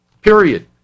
period